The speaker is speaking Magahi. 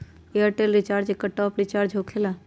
ऐयरटेल रिचार्ज एकर टॉप ऑफ़ रिचार्ज होकेला?